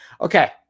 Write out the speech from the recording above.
Okay